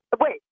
Wait